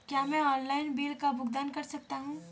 क्या मैं online bill का भुगतान कर सकता हूँ?